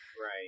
Right